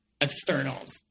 externals